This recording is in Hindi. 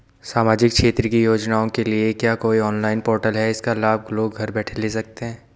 सामाजिक क्षेत्र की योजनाओं के लिए क्या कोई ऑनलाइन पोर्टल है इसका लाभ लोग घर बैठे ले सकते हैं?